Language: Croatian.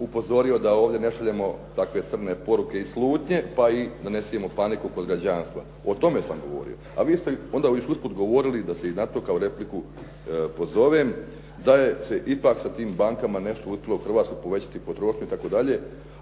upozorio da ovdje ne šaljemo takve crne poruke i slutnje pa i da ne sijemo paniku kod građanstva, o tome sam govorio. A vi ste onda već usput govorili, da se i na to kao repliku pozovem, da se ipak sa tim bankama uspjelo u Hrvatskoj povećati potrošnju itd.